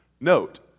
Note